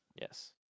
yes